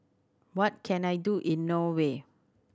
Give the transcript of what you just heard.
what can I do in Norway